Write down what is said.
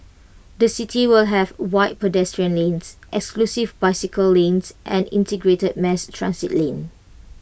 the city will have wide pedestrian lanes exclusive bicycle lanes and integrated mass transit lane